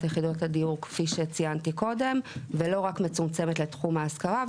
יחידות הדיור כפי שציינתי קודם ולא רק מצומצמת לתחום ההשכרה,